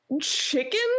Chicken